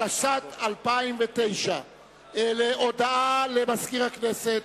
התשס"ט 2009. הודעה למזכיר הכנסת.